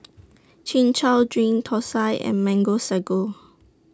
Chin Chow Drink Thosai and Mango Sago